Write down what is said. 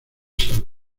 salud